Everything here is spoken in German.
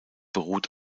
beruht